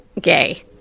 gay